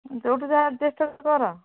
ଯେଉଁଠୁ ଯାହା ଆଡ଼ଜଷ୍ଟ କର